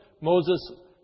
Moses